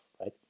right